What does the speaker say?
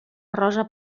rosa